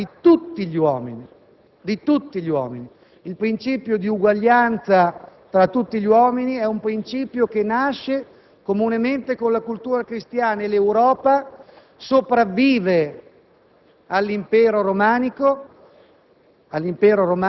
umana e, Presidente, del rispetto della dignità di tutti gli uomini. Il principio di uguaglianza tra tutti gli uomini è un principio che nasce comunemente con la cultura cristiana e l'Europa sopravvive